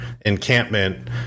encampment